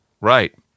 Right